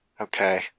Okay